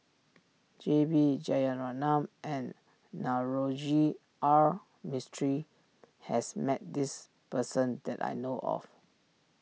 J B Jeyaretnam and Navroji R Mistri has met this person that I know of